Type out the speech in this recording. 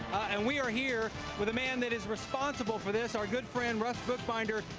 and we are here with a man that is responsible for this, our good friend, russ bookbinder,